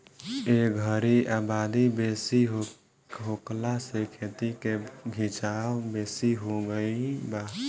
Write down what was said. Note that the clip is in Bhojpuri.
ए घरी आबादी बेसी होखला से खेती के खीचाव बेसी हो गई बा